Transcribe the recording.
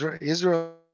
Israel